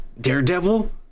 daredevil